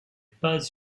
pas